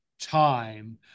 time